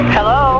Hello